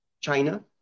China